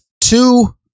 two